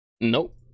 Nope